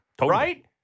right